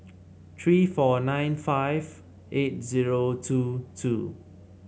three four nine five eight zero two two